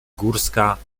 górska